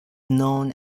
known